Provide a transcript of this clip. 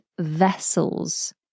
vessels